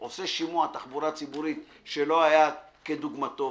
עושה שימוע תחבורה ציבורית שלא היה כדוגמתו,